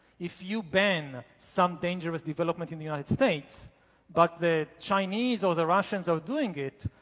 if you ban some dangerous development in the united states but the chinese or the russians are doing it,